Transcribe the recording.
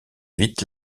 vite